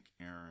Aaron